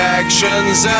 action's